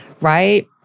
right